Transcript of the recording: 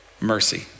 mercy